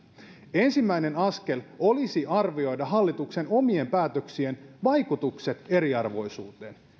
ensimmäinen askel olisi arvioida hallituksen omien päätöksien vaikutukset eriarvoisuuteen